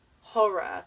horror